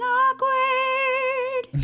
awkward